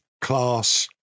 class